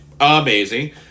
amazing